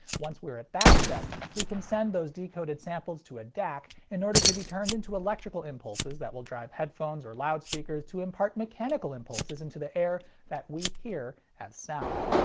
once we're at that step, we can send those decoded samples to a dac in order to be turned into electrical impulses that will drive headphones or loudspeakers to impart mechanical impulses into the air that we hear as sound.